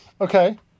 okay